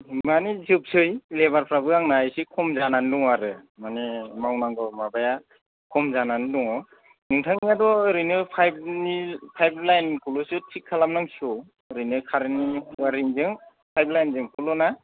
मानि जोबसै लेबारफ्राबो आंना एसे खम जानानै दं आरो माने मावनांगौ माबाया खम जानानै दङ नोंथांनाथ' ओरैनो पाइपनि पाइप लाइनखौल'सो थिग खालामनांसिगौ ओरैनो कारेन्टनि अयेरिंजों पाइप लाइनजोंखौल' ना